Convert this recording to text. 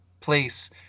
place